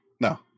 No